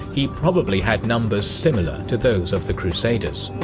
he probably had numbers similar to those of the crusaders.